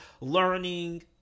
learning